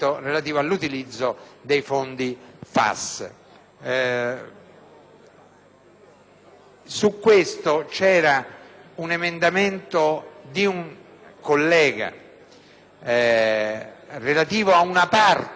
riguardo, c'era un emendamento di un collega relativo ad una parte di quell'emendamento del Governo,